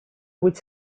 будет